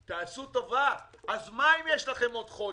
תעשו טובה, אז מה אם יש לכם עוד חודש?